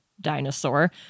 dinosaur